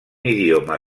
idioma